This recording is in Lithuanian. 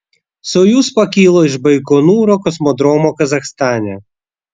sojuz pakilo iš baikonūro kosmodromo kazachstane